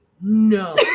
No